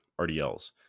RDLs